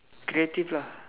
creative lah